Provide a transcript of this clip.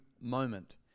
moment